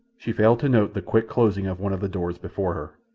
she failed to note the quick closing of one of the doors before her.